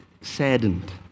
saddened